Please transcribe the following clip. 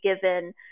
given